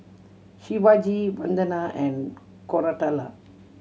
Shivaji Vandana and Koratala